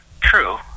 true